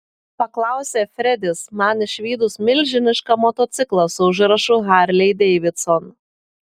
paklausė fredis man išvydus milžinišką motociklą su užrašu harley davidson